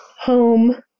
home